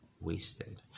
Wasted